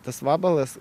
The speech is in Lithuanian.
tas vabalas